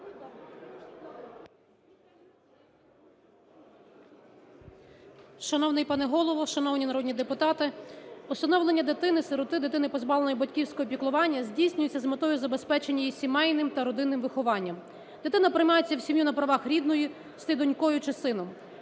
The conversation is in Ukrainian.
Шановний пане Голово, шановні народні депутати! Усиновлення дитини-сироти, дитини, позбавленої батьківського піклування, здійснюється з метою забезпечення її сімейним та родинним вихованням. Дитина приймається в сім'ю на правах рідної донькою чи сином.